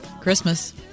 Christmas